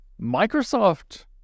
Microsoft